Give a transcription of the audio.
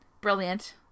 brilliant